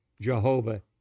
Jehovah